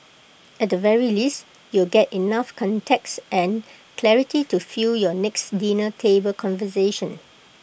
at the very least you'll get enough context and clarity to fuel your next dinner table conversation